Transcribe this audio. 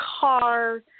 car